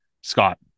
Scott